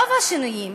רוב השינויים,